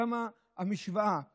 שם המשוואה לגזרות,